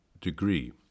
degree